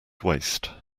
waste